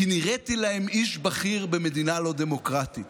כי נראיתי להם איש בכיר במדינה לא דמוקרטית.